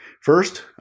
First